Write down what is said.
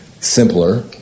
simpler